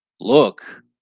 Look